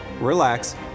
relax